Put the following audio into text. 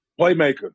Playmaker